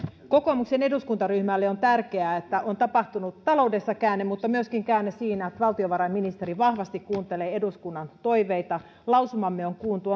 kokoomuksen eduskuntaryhmälle on tärkeää että on tapahtunut käänne taloudessa mutta myöskin käänne siinä että valtiovarainministeri vahvasti kuuntelee eduskunnan toiveita lausumamme on kuultu